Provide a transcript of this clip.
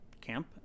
camp